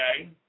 okay